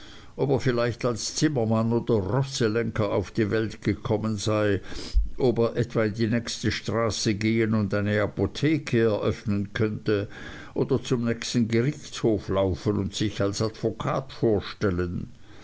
ob er vielleicht als zimmermann oder rosselenker auf die welt gekommen sei ob er etwa in die nächste straße gehen und eine apotheke eröffnen könnte oder zum nächsten gerichtshof laufen und sich als advokat vorstellen